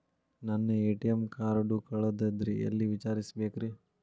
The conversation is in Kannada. ನನ್ನ ಎ.ಟಿ.ಎಂ ಕಾರ್ಡು ಕಳದದ್ರಿ ಎಲ್ಲಿ ವಿಚಾರಿಸ್ಬೇಕ್ರಿ?